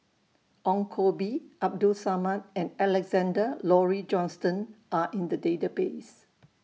Ong Koh Bee Abdul Samad and Alexander Laurie Johnston Are in The Database